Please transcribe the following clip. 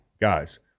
guys